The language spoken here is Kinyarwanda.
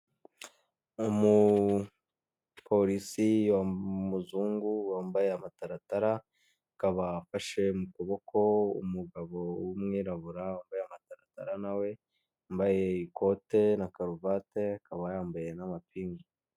Umupolisi w'umuzungu wambaye amataratara akaba afashe mu kuboko umugabo w'umwirabura wambaye amataratarara nawe, yambaye ikote na karuvati, akaba yambaye n'amapingu.